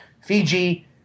Fiji